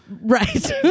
Right